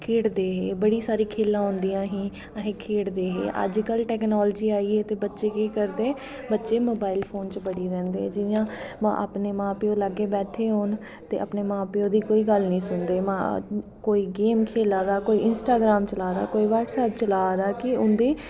खेढदे हो बड़ी सारी खेलां होंदियां हीं अज्ज कल टैकनॉलजी आई ते बच्चे केह् करदे बच्च मोवाईल फोन च बड़ी रैंह्दे जियां अपनें मां प्यो दे लाग्गे बैठे दे होन ते अपनें मां प्यो दी कोई गल्ल नी सुनदे कोई गेम खेला दा कोई इंस्टाग्रम खेला दा कोई ब्हटसैप चला दा कि कोई उंदी